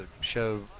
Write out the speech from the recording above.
show